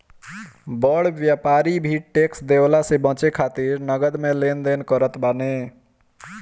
बड़ व्यापारी भी टेक्स देवला से बचे खातिर नगद में लेन देन करत बाने